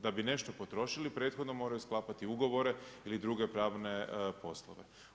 Da bi nešto potrošili prethodno moraju sklapati ugovore ili druge pravne poslove.